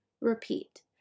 repeat